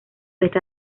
esta